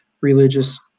religious